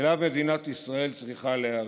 שאליו מדינת ישראל צריכה להיערך: